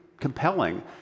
compelling